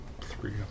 three